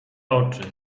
oczy